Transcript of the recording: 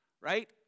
right